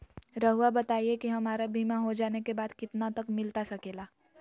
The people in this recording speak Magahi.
रहुआ बताइए कि हमारा बीमा हो जाने के बाद कितना तक मिलता सके ला?